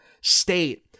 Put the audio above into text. state